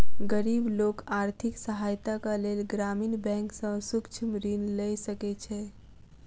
गरीब लोक आर्थिक सहायताक लेल ग्रामीण बैंक सॅ सूक्ष्म ऋण लय सकै छै